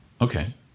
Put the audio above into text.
Okay